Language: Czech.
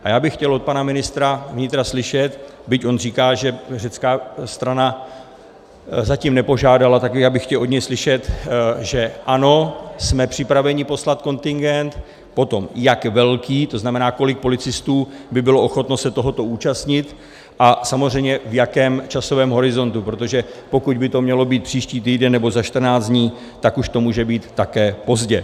A já bych chtěl od pana ministra vnitra slyšet, byť on říká, že řecká strana zatím nepožádala, tak já bych chtěl od něj slyšet, že ano, jsme připraveni poslat kontingent, potom jak velký, to znamená, kolik policistů by bylo ochotno se tohoto účastnit, a samozřejmě v jakém časovém horizontu, protože pokud by to mělo být příští týden nebo za 14 dní, tak už to může být také pozdě.